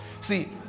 See